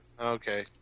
Okay